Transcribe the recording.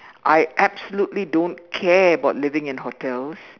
I absolutely don't care about living in hotels